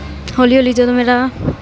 ਹੌਲੀ ਹੌਲੀ ਜਦੋਂ ਮੇਰਾ